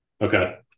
Okay